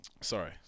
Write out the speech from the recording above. Sorry